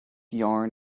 yarn